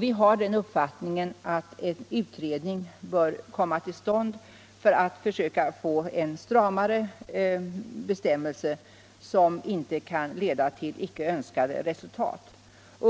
Vi har den uppfattningen att en utredning bör komma till stånd för att söka få fram en stramare bestämmelse, som inte kan leda till icke önskade resultat.